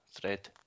thread